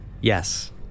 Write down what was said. Yes